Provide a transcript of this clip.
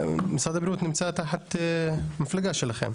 משרד הבריאות גם נמצא תחת המפלגה שלכם.